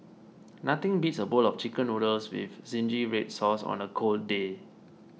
nothing beats a bowl of Chicken Noodles with Zingy Red Sauce on a cold day